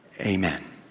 Amen